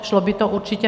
Šlo by to určitě.